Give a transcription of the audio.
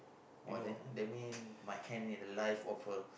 !wah! then that mean my hand and live offer